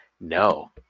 No